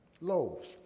loaves